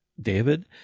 David